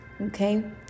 Okay